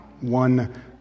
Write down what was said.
one